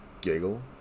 giggle